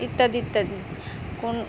ইত্যাদি ইত্যাদি কোন